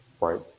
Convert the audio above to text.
right